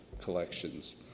collections